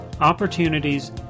Opportunities